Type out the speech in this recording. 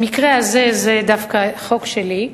במקרה הזה זה דווקא חוק שלי,